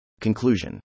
Conclusion